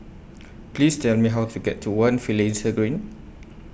Please Tell Me How to get to one Finlayson Green